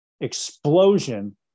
explosion